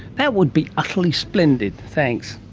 that would be utterly splendid, thanks.